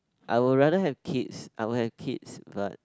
I would rather have kids I would have kids but